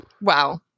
Wow